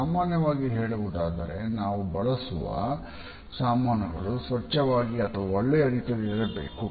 ಸಾಮಾನ್ಯವಾಗಿಹೇಳುವುದಾದರೆ ನಾವು ಬಳಸುವ ಸಾಮಾನುಗಳು ಸ್ವಚ್ಛವಾಗಿ ಅಥವಾ ಒಳ್ಳೆಯ ರೂಪದಲ್ಲಿಇರಬೇಕು